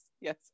yes